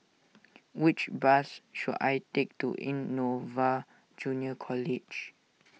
which bus should I take to Innova Junior College